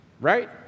Right